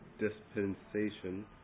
dispensation